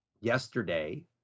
Yesterday